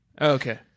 Okay